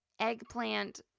eggplant